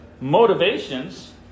motivations